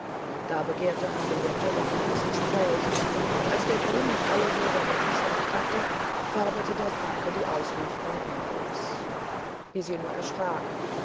da begehrte harietto geheimes gespräch und als der könig alle hörer weggescheucht hatte forderte der franke die auslieferung ingos bisino erschrak